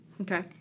Okay